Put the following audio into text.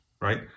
right